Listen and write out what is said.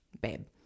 babe